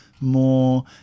more